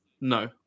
no